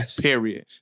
period